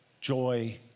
joy